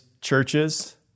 churches